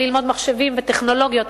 ללמוד מחשבים וטכנולוגיות.